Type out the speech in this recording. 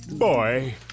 Boy